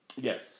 Yes